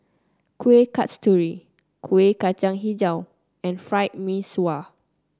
Kuih Kasturi Kueh Kacang hijau and Fried Mee Sua